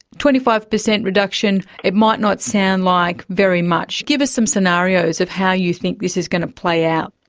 twenty five percent reduction, it might not sound like very much. give us some scenarios of how you think this is going to play out?